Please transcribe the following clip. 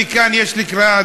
מכאן יש לי קריאה,